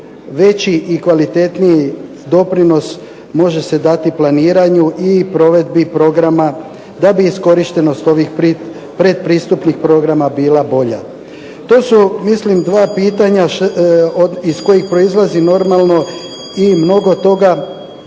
veći i kvalitetniji doprinos može se dati planiranju i provedbi programa da bi iskorištenost ovih predpristupnih programa bila bolja. To su mislim dva pitanja iz kojih proizlazi normalno i mnogo toga